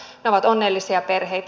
ne ovat onnellisia perheitä